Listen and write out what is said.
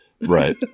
Right